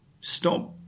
stop